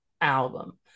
album